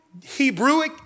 Hebrewic